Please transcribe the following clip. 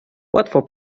łatwo